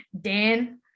Dan